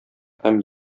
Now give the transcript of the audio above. һәм